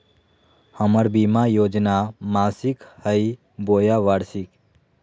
हमर बीमा योजना मासिक हई बोया वार्षिक?